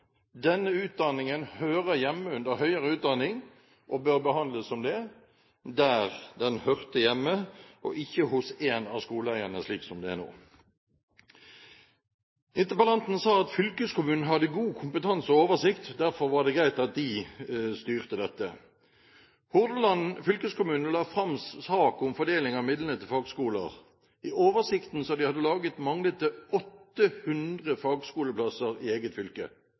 Denne utdanningen hører hjemme under høyere utdanning og bør behandles der den hører hjemme, og ikke hos en av skoleeierne, slik det er nå. Interpellanten sa at fylkeskommunene hadde god kompetanse og oversikt, og derfor var det greit at de styrte dette. Hordaland fylkeskommune la fram en sak om fordeling av midlene til fagskoler. I oversikten som de hadde laget, manglet 800 fagskoleplasser i eget fylket – det manglet 800 fagskoleplasser, selvfølgelig i privat regi, i eget fylke